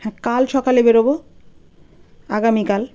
হ্যাঁ কাল সকালে বেরবো আগামীকাল